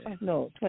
No